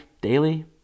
daily